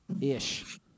Ish